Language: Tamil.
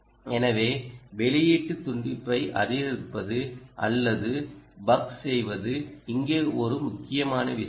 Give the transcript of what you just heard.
எனவே வெளியீட்டு தூண்டியை அதிகரிப்பது அல்லது பக் செய்வது இங்கே ஒரு முக்கியமான விஷயம்